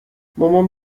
مامان